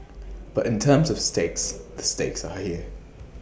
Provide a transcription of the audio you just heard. but in terms of stakes the stakes are here